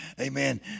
amen